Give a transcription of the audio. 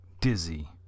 Dizzy